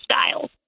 styles